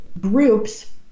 groups